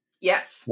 Yes